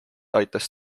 aitas